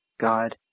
God